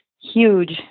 huge